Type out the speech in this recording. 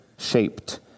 shaped